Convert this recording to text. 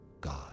God